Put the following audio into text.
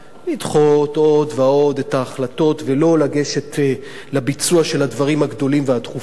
לדחות עוד ועוד את ההחלטות ולא לגשת לביצוע של הדברים הגדולים והדחופים,